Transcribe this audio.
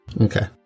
Okay